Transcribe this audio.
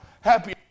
happy